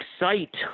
excite